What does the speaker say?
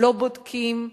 לא בודקים,